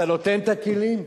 אתה נותן את הכלים?